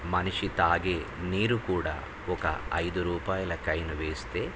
మనిషి తాగే నీరు కూడా ఒక ఐదు రూపాయల కాయిన్ వేస్తే